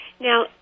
Now